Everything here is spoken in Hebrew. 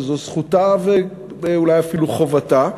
וזו זכותה ואולי אפילו חובתה,